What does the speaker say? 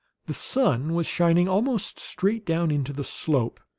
the sun was shining almost straight down into the slope,